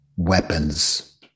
weapons